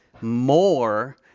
more